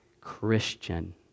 Christian